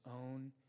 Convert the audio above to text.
own